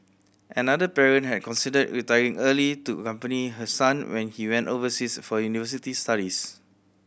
another parent had considered retiring early to accompany her son when he went overseas for university studies